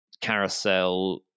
Carousel